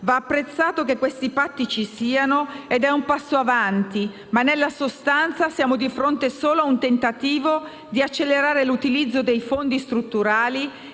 Va apprezzato che questi patti ci siano ed è un passo avanti, ma nella sostanza siamo di fronte solo a un tentativo di accelerare l'utilizzo dei fondi strutturali